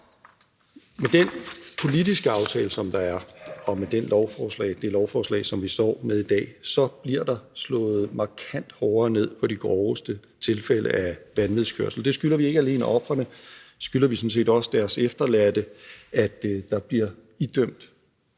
Med den politiske aftale, som der er, og med det lovforslag, som vi står med i dag, bliver der slået markant hårdere ned på de groveste tilfælde af vanvidskørsel. Det skylder vi ikke alene ofrene, det skylder vi sådan set også deres efterladte: At der bliver idømt